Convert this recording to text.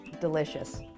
delicious